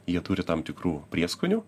jie turi tam tikrų prieskonių